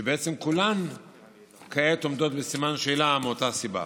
שבעצם כולן כעת עומדות בסימן שאלה מאותה סיבה.